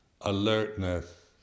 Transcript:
alertness